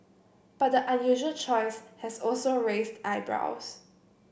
but the unusual choice has also raised eyebrows